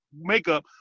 makeup